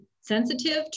sensitive